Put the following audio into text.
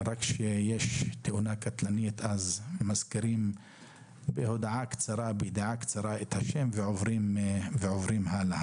רק כשיש תאונה קטלנית אז מזכירים בידיעה קצרה את השם ועוברים הלאה.